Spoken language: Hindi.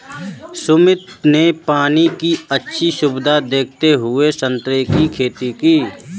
सुमित ने पानी की अच्छी सुविधा देखते हुए संतरे की खेती की